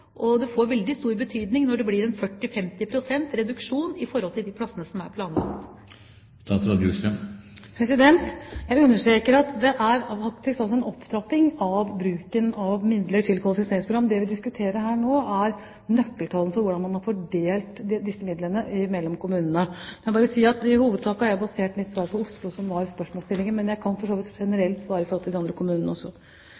Det får veldig stor betydning når det blir 40–50 pst. reduksjon i forhold til de plassene som er planlagt. Jeg understreker at det faktisk er en opptrapping når det gjelder bruken av midler til kvalifiseringsprogram. Det vi diskuterer her nå, er nøkkeltallene for hvordan man har fordelt disse midlene kommunene imellom. Jeg vil bare si at jeg i hovedsak har basert mitt svar på Oslo, som var spørsmålsstillingen, men jeg kan for så vidt